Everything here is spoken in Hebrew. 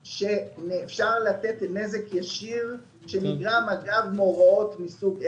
שאפשר לתת פיצוי בעד נזק ישיר שנגרם אגב מאורעות מסוג אלה.